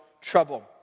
trouble